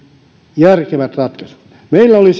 järkevät ratkaisut tähän meillä oli